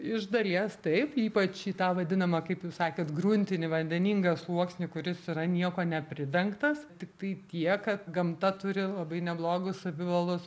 iš dalies taip ypač į tą vadinamą kaip jūs sakėt gruntinį vandeningą sluoksnį kuris yra niekuo nepridengtas tiktai tiek kad gamta turi labai neblogus savivalos